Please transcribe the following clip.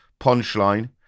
punchline